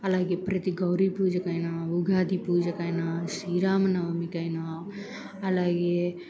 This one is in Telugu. అలాగే ప్రతి గౌరీ పూజకైనా ఉగాది పూజకైనా శ్రీరామనవమికైనా అలాగే